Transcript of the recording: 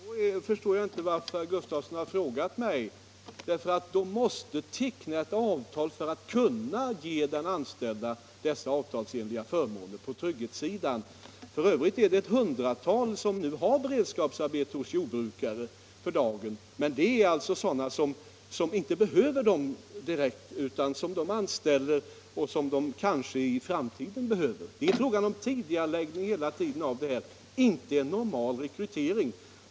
Herr talman! Då förstår jag inte varför herr Gustavsson i Alvesta har frågat mig, för de måste teckna avtal för att kunna ge de anställda avtalsenliga förmåner på trygghetssidan. För dagen är det ett hundratal som har beredskapsarbete hos jordbrukare, men det är sådana jordbrukare som inte behöver den arbetskraften just nu utan som anställer dem därför att de behöver arbetskraft i framtiden. Här är det alltså hela tiden fråga om tidigareläggning, inte om normal rekrytering.